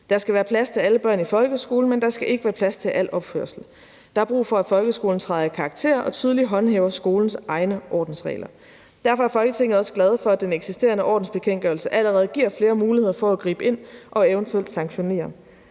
Der skal være plads til alle børn i folkeskolen. Men der skal ikke være plads til al opførsel. Der er brug for, at folkeskolen træder i karakter og tydeligt håndhæver skolens egne ordensregler. Derfor er Folketinget også glad for, at den eksisterende ordensbekendtgørelse allerede giver flere muligheder for at gribe ind og eventuelt sanktionere.